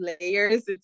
layers